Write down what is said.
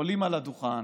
עולים על הדוכן